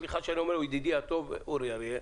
סליחה שאני אומר את זה על ידידי הטוב אורי אריאל.